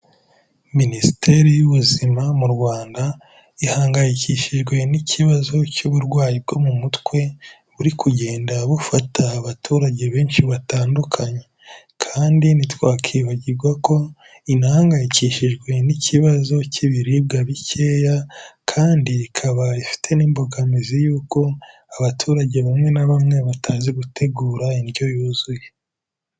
Minisiteri y'Ubuzima mu Rwanda ihangayikishijwe n'ikibazo cy'uburwayi bwo mu mutwe, buri kugenda bufata abaturage benshi batandukanye kandi ntitwakibagirwa ko inahangayikishijwe n'ikibazo cy'ibiribwa bikeya kandi ikaba ifite n'imbogamizi yuko abaturage bamwe na bamwe batazi gutegura indyo yuzuye.